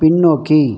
பின்னோக்கி